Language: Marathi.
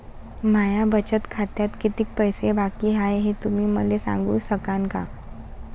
माया बचत खात्यात कितीक पैसे बाकी हाय, हे तुम्ही मले सांगू सकानं का?